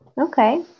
Okay